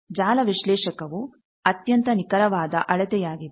ಈಗ ಜಾಲ ವಿಶ್ಲೇಷಕವು ಅತ್ಯಂತ ನಿಖರವಾದ ಅಳತೆಯಾಗಿದೆ